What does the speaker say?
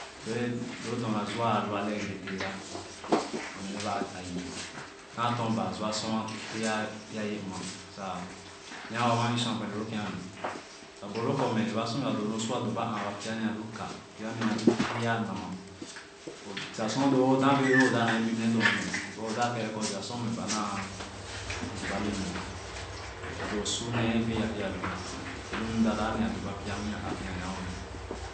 Loo dorna zua a lu ale egere bẽẽ teera naa to baa zua sor ayee mma sa nyaa-woh ii sua kwerne loo keale aborloo kor i sor a doba pyanee aluka ne pyanee a nama siga sor eoodoo o dap bip nagẽ pya dorna